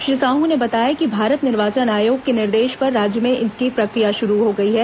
श्री साहू ने बताया कि भारत निर्वाचन आयोग के निर्देश पर राज्य में इसकी प्रक्रिया शुरू हो गई है